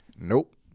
Nope